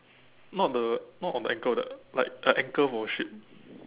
not the not on the ankle the like a anchor for ship